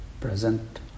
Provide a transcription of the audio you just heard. present